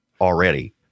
already